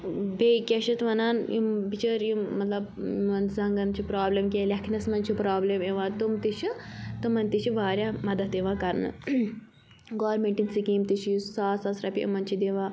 بیٚیہِ کیاہ چھِ اَتھ وَنان یِم بِچٲرۍ یِم مطلب یِمَن زَنٛگَن چھِ پرٛابلِم کیٚنٛہہ لیٚکھنَس منٛز چھِ پرٛابلِم یِوان تِم تہِ چھِ تِمَن تہِ چھِ واریاہ مَدَد یِوان کَرنہٕ گورمیٚنٛٹٕچ سِکیٖم تہِ چھِ یُس ساس ساس رۄپیہِ یِمَن چھِ دِوان